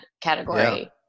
category